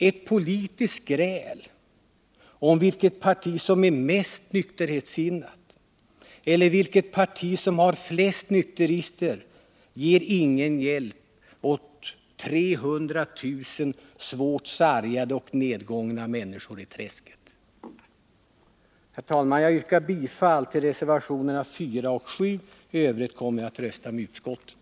Ett politiskt gräl om vilket parti som är mest nykterhetssinnat eller vilket parti som har flest nykterister ger ingen hjälp åt 300 000 svårt sargade och nedgångna människor i träsket. Herr talman! Jag yrkar bifall till reservationerna 4 och 7. I övrigt kommer jag att rösta med utskottet.